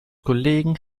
kollegen